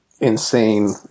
insane